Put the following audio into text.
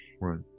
right